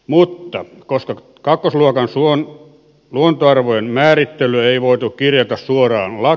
mutta koska kakkosluokan suon luontoarvojen määrittelyä ei voitu kirjata suoraan la